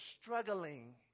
struggling